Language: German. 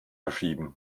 verschieben